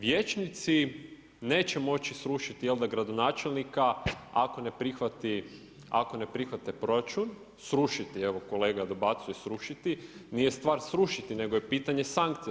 Vijećnici neće moći srušiti gradonačelnika ako ne prihvati proračun, srušiti, evo kolega dobacuje, srušiti, nije stvar srušiti nego je pitanje sankcija.